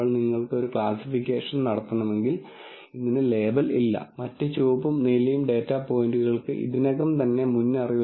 നിങ്ങൾക്ക് യഥാർത്ഥത്തിൽ കാണാനോ ദൃശ്യവൽക്കരിക്കാനോ കഴിയാത്ത 2 ലധികം അളവിലുള്ള ഡാറ്റയും നമ്മൾ ഇത് ചെയ്യുന്ന രീതിയും ഇനിപ്പറയുന്നതാണ്